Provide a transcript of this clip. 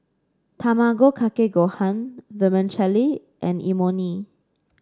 Tamago Kake Gohan Vermicelli and Imoni